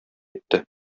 итте